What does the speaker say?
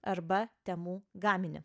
arba temu gaminį